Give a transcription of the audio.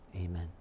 Amen